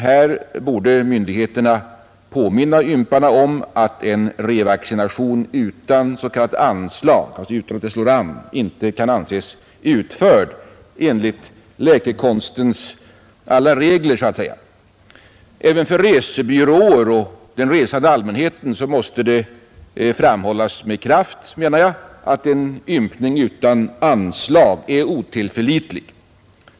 Här borde myndigheterna påminna ymparna om att en revaccination utan s.k. anslag, alltså utan att den slår an, inte kan anses utförd enligt läkekonstens alla regler. Även för resebyråer och den resande allmänheten måste det framhållas med kraft, menar jag, att en ympning utan anslag är otillförlitlig.